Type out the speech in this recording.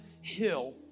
Hill